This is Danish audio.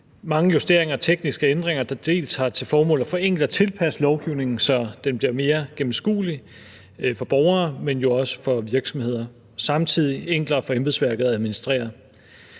mange justeringer og tekniske ændringer, der til dels har til formål at forenkle og tilpasse lovgivningen, så den bliver mere gennemskuelig for borgere og også for virksomheder og samtidig enklere for embedsværket at administrere.